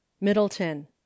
middleton